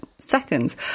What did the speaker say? seconds